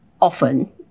Often